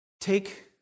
take